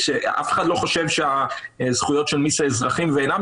אף אחד לא חושב שהאבחנות בין מי שהם אזרחים ואלה שאינם